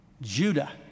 Judah